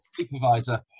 supervisor